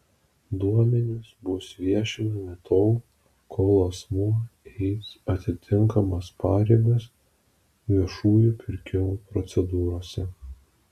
duomenys bus viešinami tol kol asmuo eis atitinkamas pareigas viešųjų pirkimų procedūrose